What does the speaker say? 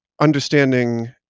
understanding